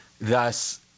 Thus